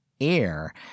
air